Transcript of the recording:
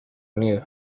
unido